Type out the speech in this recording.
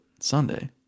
Sunday